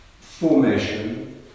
formation